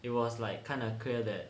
it was like kind of clear that